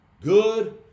good